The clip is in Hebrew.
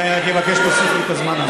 כן, אני רק מבקש שתוסיף לי את הזמן הזה.